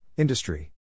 Industry